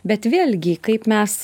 bet vėlgi kaip mes